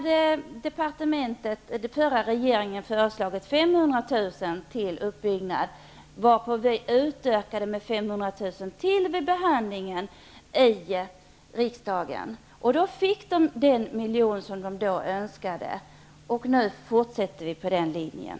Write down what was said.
Den förra regeringen hade föreslagit 500 000 till uppbyggnad, varpå vi utökade med ytterligare 500 000 vid behandlingen i riksdagen. De fick den miljon som de då önskade. Nu fortsätter vi på den linjen.